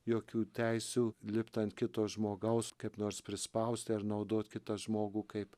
jokių teisių lipt ant kito žmogaus kaip nors prispausti ar naudot kitą žmogų kaip